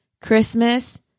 Christmas